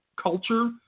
culture